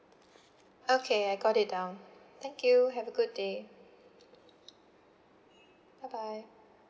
okay I got it down thank you have a good day bye bye